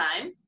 time